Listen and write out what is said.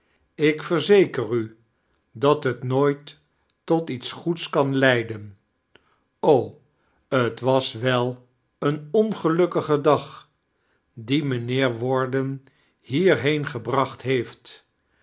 ik verzeker u dat het nooit tot iets'goeds kan leiden o t was wel een ongelukkige dag die mijmheer warden hierheen gebracht heeft